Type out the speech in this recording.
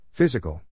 Physical